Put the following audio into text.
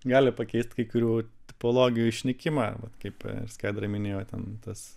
gali pakeist kai kurių tipologijų išnykimą vat kaip skaidra minėjo ten tas